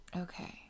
Okay